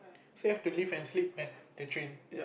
so you have to live and sleep at the train